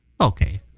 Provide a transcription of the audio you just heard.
Okay